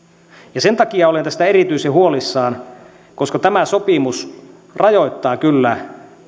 sen takia olen tästä erityisen huolissani koska tämä sopimus rajoittaa kyllä paikallisten oikeuksia